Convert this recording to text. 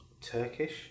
Turkish